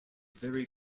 very